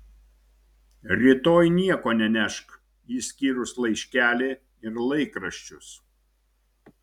rytoj nieko nenešk išskyrus laiškelį ir laikraščius